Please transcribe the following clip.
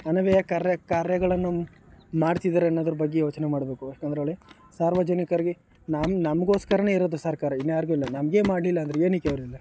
ಅನವ್ಯಯ ಕಾರ್ಯ ಕಾರ್ಯಗಳನ್ನು ಮಾಡ್ತಿದ್ದಾರೆ ಅನ್ನೋದ್ರ ಬಗ್ಗೆ ಯೋಚನೆ ಮಾಡಬೇಕು ಯಾಕಂದ್ರೇಳಿ ಸಾರ್ವಜನಿಕರಿಗೆ ನಮ್ಮ ನಮಗೋಸ್ಕರನೇ ಇರೋದು ಸರ್ಕಾರ ಇನ್ಯಾರಿಗೂ ಅಲ್ಲ ನಮಗೇ ಮಾಡಲಿಲ್ಲಾಂದ್ರೆ ಏನಕ್ಕೆ ಅವರೆಲ್ಲ